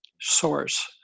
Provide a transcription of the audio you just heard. source